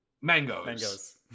mangoes